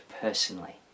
personally